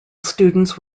students